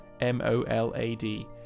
M-O-L-A-D